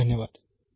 खूप खूप धन्यवाद